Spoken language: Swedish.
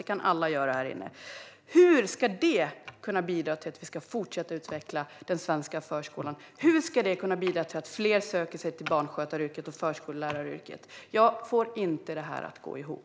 Det kan alla här inne göra. Hur kan detta bidra till att vi fortsatt ska kunna utveckla den svenska förskolan? Hur kan detta bidra till att fler söker sig till barnskötar och förskolläraryrket? Jag får inte detta att gå ihop.